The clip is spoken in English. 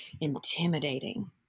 intimidating